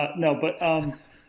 ah, no, but, um.